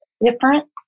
different